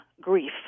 grief